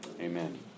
Amen